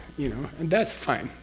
you know, and that's fine,